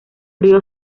río